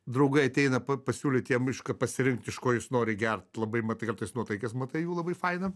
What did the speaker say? draugai ateina pa pasiūlyt jiem reiškia pasirinkt iš ko jūs nori gert labai matai kartais nuotaikas matai jų labai faina